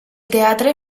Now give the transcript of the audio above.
teatre